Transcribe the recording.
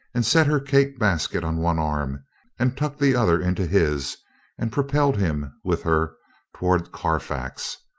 and set her cake basket on one arm and tucked the other into his and pro pelled him with her toward carfax,